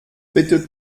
bitte